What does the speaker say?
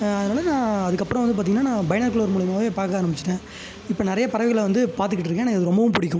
அதனால நான் அதுக்கப்புறம் வந்து பார்த்தீங்கன்னா நான் பைனாகுலர் மூலயமாவே பார்க்க ஆரமிச்சுட்டேன் இப்போ நிறைய பறவைகளை வந்து பார்த்துக்கிட்ருக்கேன் எனக்கு அது ரொம்பவும் பிடிக்கும்